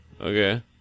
Okay